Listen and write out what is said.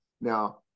Now